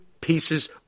pieces